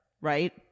right